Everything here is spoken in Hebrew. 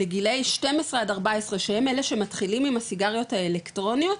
לגילאי 12-14 שהם אלה שמתחילים עם הסיגריות האלקטרוניות,